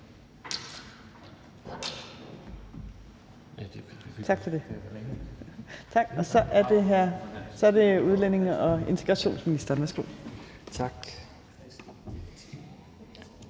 og så er det udlændinge- og integrationsministeren.